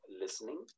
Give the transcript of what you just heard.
listening